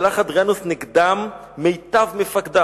שלח אדריאנוס נגדם מיטב מפקדיו".